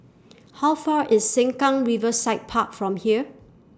How Far IS Sengkang Riverside Park from here